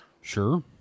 Sure